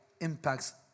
impacts